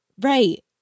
Right